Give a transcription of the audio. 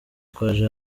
twaje